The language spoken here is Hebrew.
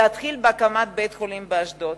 להתחיל בהקמת בית-חולים באשדוד.